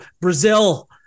Brazil